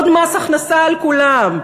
עוד מס הכנסה על כולם,